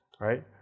right